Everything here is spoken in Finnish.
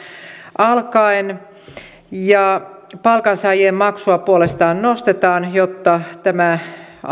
alkaen ja palkansaajien maksua puolestaan nostetaan jotta tämä